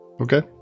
okay